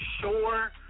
sure